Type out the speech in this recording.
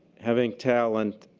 having talent